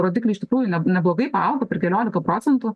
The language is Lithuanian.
rodikliai iš tikrųjų neblogai paaugo per keliolika procentų